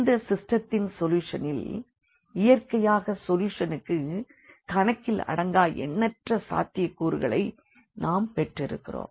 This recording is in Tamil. இந்த சிஸ்டத்தின் சொல்யூஷனில் இயற்கையாக சொல்யூஷனுக்கு கணக்கிலடங்கா எண்ணற்ற சாத்தியக் கூறுகளை நாம் பெற்றிருக்கிறோம்